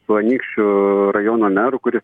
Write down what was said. su anykščių rajono meru kuris